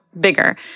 bigger